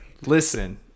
Listen